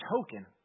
token